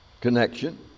connection